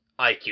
IQ